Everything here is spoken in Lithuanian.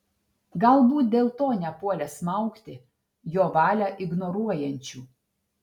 galbūt dėl to nepuolė smaugti jo valią ignoruojančių